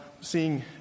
Seeing